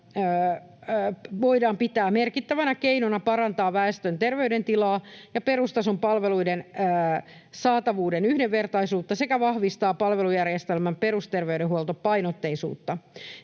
voidaan pitää merkittävänä keinona parantaa väestön terveydentilaa ja perustason palveluiden saatavuuden yhdenvertaisuutta sekä vahvistaa palvelujärjestelmän perusterveydenhuoltopainotteisuutta.